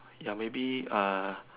ya maybe uh